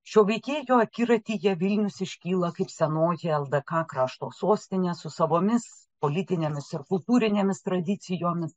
šio veikėjo akiratyje vilnius iškyla kaip senoji el dė ką krašto sostinė su savomis politinėmis ir kultūrinėmis tradicijomis